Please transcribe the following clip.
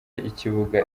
y’ikibuga